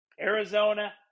Arizona